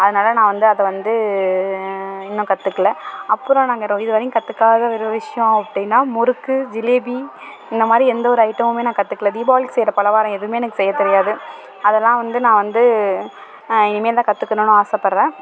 அதனால நான் வந்து அதை வந்து இன்னும் கத்துக்கலை அப்பறம் நாங்கள் இது வரையும் கத்துக்காத ஒரு விஷியம் அப்படினா முறுக்கு ஜிலேபி இந்த மாதிரி எந்த ஒரு ஐட்டமுமே நான் கத்துக்கலை தீபாவளிக்கு செய்கிற பலகாரம் எதுமே எனக்கு செய்ய தெரியாது அதலாம் வந்து நான் வந்து இனிமேதான் கத்துக்கணுன்னு ஆசைப்பட்றேன்